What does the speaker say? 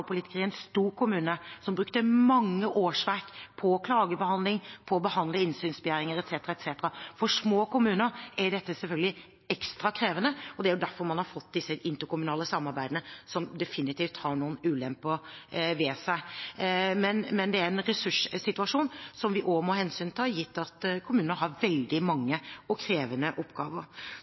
i en stor kommune, som brukte mange årsverk på klagebehandling, på å behandle innsynsbegjæringer etc., etc. For små kommuner er dette selvfølgelig ekstra krevende, og det er derfor man har fått dette interkommunale samarbeidet, som definitivt har noen ulemper ved seg. Men det er en ressurssituasjon som vi også må hensynta, gitt at kommunene har veldig mange og krevende oppgaver.